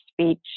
speech